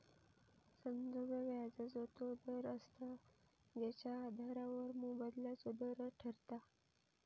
संदर्भ व्याजाचो तो दर असता जेच्या आधारावर मोबदल्याचो दर ठरता